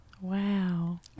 Wow